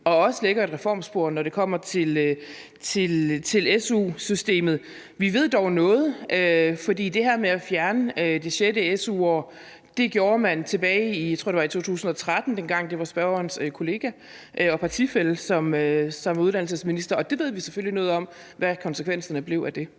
og også lægger et reformspor, når det kommer til su-systemet. Vi ved dog noget, for det her med at fjerne det sjette su-år gjorde man tilbage i 2013, tror jeg det var – dengang det var spørgerens kollega og partifælle, som var uddannelsesminister. Det ved vi selvfølgelig noget om, og hvad konsekvenserne blev af det.